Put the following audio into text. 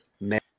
man